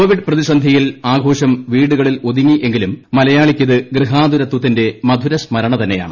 Covid പ്രതിസന്ധിയിൽ ആഘോഷം വീടുകളിലൊതുങ്ങിയെങ്കിലും മലയാളിക്കിത് ഗൃഹാതുരത്വത്തിന്റെ മധുരസ്മരണ തന്നെയാണ്